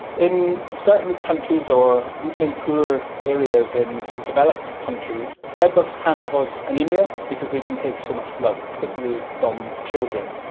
in certain countries or even in poor areas in sort of developed countries bedbugs can cause anaemia because they can take so much blood, particularly from children.